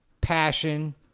passion